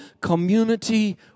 community